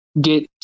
get